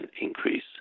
increase